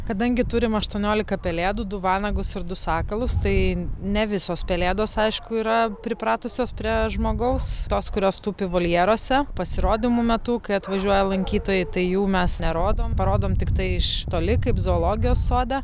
kadangi turim aštuoniolika pelėdų du vanagus ir du sakalus tai ne visos pelėdos aišku yra pripratusios prie žmogaus tos kurios tupi voljeruose pasirodymų metu kai atvažiuoja lankytojai tai jų mes nerodom parodom tiktai iš toli kaip zoologijos sode